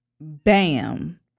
bam